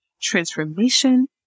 transformation